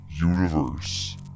universe